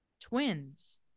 twins